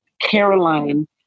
Caroline